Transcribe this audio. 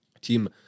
team